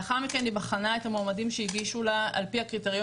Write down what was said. לאחר מכן היא בחנה את המועמדים שהגישו לה על פי הקריטריונים,